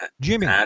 Jimmy